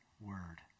word